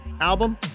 album